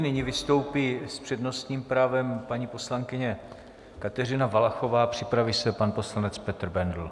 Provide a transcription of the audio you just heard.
Nyní vystoupí s přednostním právem paní poslankyně Kateřina Valachová, připraví se pan poslanec Petr Bendl.